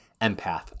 Empath